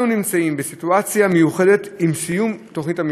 אנו נמצאים בסיטואציה מיוחדת עם סיום תוכנית המבחן,